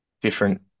different